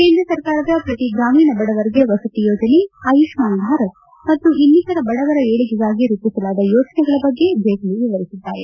ಕೇಂದ್ರ ಸರ್ಕಾರದ ಪ್ರತಿ ಗ್ರಾಮೀಣ ಬಡವರಿಗೆ ವಸತಿ ಯೋಜನೆ ಆಯುಷ್ಮಾನ್ ಭಾರತ್ ಮತ್ತು ಇನ್ನಿತರ ಬಡವರ ಏಳಿಗೆಗಾಗಿ ರೂಪಿಸಲಾದ ಯೋಜನೆಗಳ ಬಗ್ಗೆ ಜೇಟ್ಲ ವಿವರಿಸಿದ್ದಾರೆ